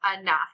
enough